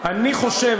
אני חושב.